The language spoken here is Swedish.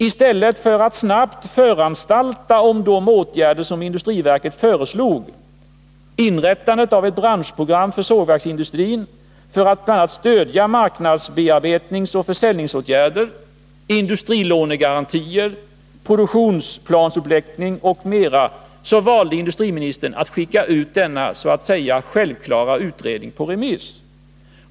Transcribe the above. I stället för att snabbt föranstalta om de åtgärder som industriverket föreslog — inrättande av ett branschprogram för sågverksindustrin för att stödja bl.a. marknadsbearbetningsoch försäljningsåtgärder, industrilånegarantier, produktionsplanläggning m.m. — valde industriministern att skicka ut denna så att säga självklara utredning på remiss.